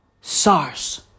SARS